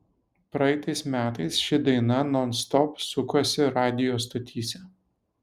praeitais metais ši daina nonstop sukosi radijo stotyse